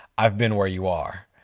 i've been where you are.